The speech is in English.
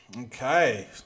okay